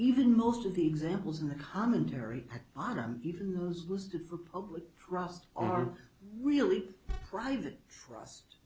even most of the examples in the commentary on even those who stood for public trust are really private trust